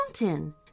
mountain